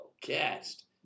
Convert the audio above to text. cast